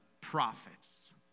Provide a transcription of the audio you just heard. prophets